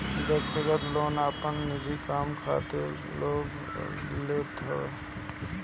व्यक्तिगत लोन आपन निजी काम खातिर लोग लेत हवे